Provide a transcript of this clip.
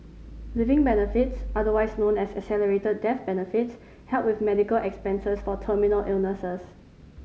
living benefits otherwise known as accelerated death benefits help with medical expenses for terminal illnesses